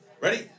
Ready